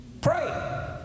pray